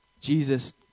Jesus